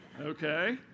Okay